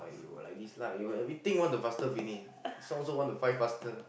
you like this lah you everything want to faster finish this one also want to find faster